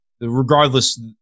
Regardless